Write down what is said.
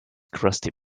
crusty